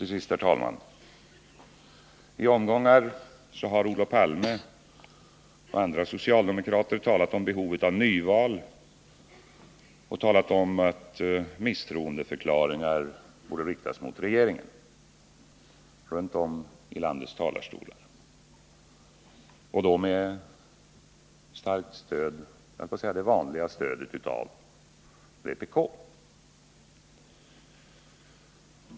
Till sist, herr talman: I flera omgångar har Olof Palme och andra socialdemokrater runt om i landet talat om att det behövs ett nyval och att misstroendeförklaringar borde riktas mot regeringen. Detta har då skett med det vanliga stödet från vpk.